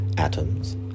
atoms